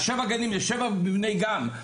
עכשיו שבעה גנים זה שבעה מבני גן,